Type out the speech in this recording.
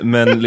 Men